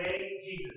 Jesus